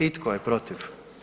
I tko je protiv?